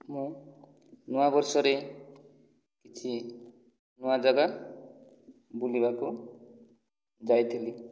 ମୁଁ ନୂଆ ବର୍ଷରେ କିଛି ନୂଆ ଯାଗା ବୁଲିବାକୁ ଯାଇଥିଲି